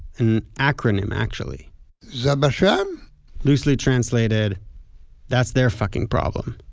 an acronym, actually zabasham loosely translated that's their fucking problem.